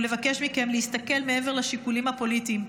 ולבקש מכם להסתכל מעבר לשיקולים הפוליטיים.